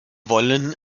wollen